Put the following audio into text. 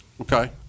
Okay